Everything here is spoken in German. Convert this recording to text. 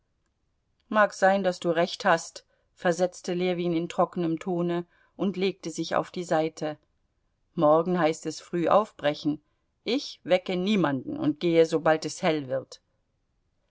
mag sein daß du recht hast versetzte ljewin in trockenem tone und legte sich auf die seite morgen heißt es früh aufbrechen ich wecke niemanden und gehe sobald es hell wird